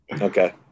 Okay